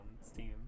Steam